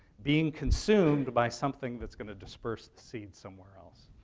being consumed by something that's going to disperse seeds somewhere else.